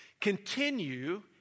Continue